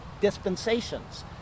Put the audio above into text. dispensations